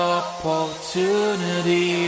opportunity